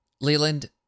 Leland